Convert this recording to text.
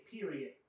Period